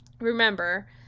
remember